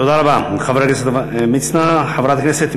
תודה רבה, חבר הכנסת מצנע.